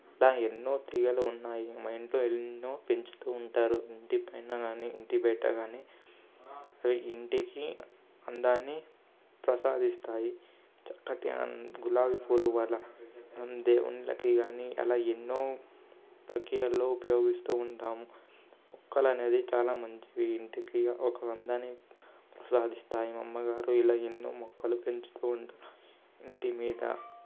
ఇలా ఎన్నో తీగలు ఉన్నాయి మా ఇంట్లో ఎన్నో పెంచుతూ ఉంటారు ఇంటి పైన కానీ ఇంటి బయట కాని ఇంటికి అందాన్ని ప్రసాదిస్తాయి చక్కటి గులాబీ పువ్వుల వల్ల ఉండే ఉండేటివి కానీ అలా ఎన్నో ప్రక్రియల్లో ఉపయోగిస్తూ ఉంటాము మొక్కలు అనేది చాలా మంచిది ఇంటికి ఒక అందాన్ని ప్రసాదిస్తాయి మా అమ్మగారు ఇలా ఎన్నో మొక్కలు పెంచుతుంటారు ఇంటి మీద